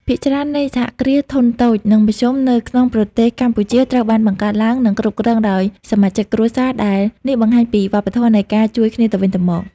ភាគច្រើននៃសហគ្រាសធុនតូច និងមធ្យមនៅក្នុងប្រទេសកម្ពុជាត្រូវបានបង្កើតឡើង និងគ្រប់គ្រងដោយសមាជិកគ្រួសារ ដែលនេះបង្ហាញពីវប្បធម៌នៃការជួយគ្នាទៅវិញទៅមក។